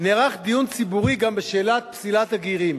נערך דיון ציבורי גם בשאלת פסילת הגרים,